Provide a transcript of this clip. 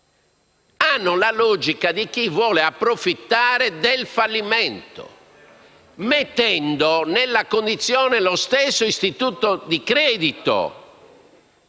hanno la logica di chi vuole approfittare del fallimento, mettendo lo stesso istituto di credito